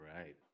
right